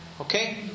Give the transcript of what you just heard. Okay